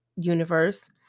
universe